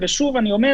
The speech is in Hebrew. והוא יוכל